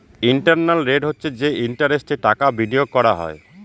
internal rate হচ্ছে যে ইন্টারেস্টে টাকা বিনিয়োগ করা হয়